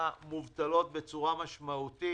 המובטלות בצורה משמעותית.